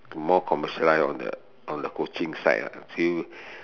more commercialise on the on the coaching side ah since